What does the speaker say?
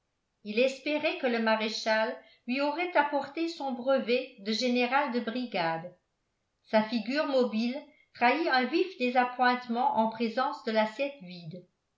il espérait que le maréchal lui aurait apporté son brevet de général de brigade sa figure mobile trahit un vif désappointement en présence de l'assiette vide